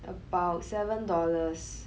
about seven dollars